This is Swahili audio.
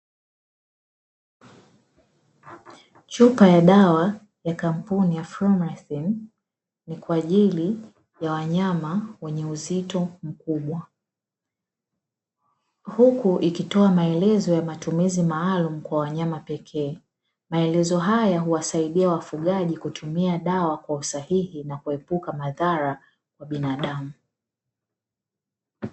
Chupa ya dawa ya kampuni ya "Flumethrin" ni kwa ajili ya wanyama wenye uzito mkubwa. Huku ikitoa maelezo ya matumizi maalumu kwa wanyama pekee. Maelezo haya huwasaidia wafugaji kutumia dawa kwa usahihi na kuepuka madhara kwa binadamu.